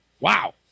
Wow